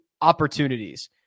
opportunities